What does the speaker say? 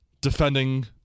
Defending